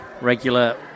regular